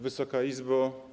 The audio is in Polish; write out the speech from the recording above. Wysoka Izbo!